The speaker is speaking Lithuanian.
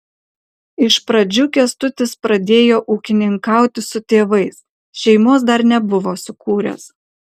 iš pradžių kęstutis pradėjo ūkininkauti su tėvais šeimos dar nebuvo sukūręs